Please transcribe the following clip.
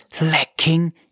lacking